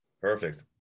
perfect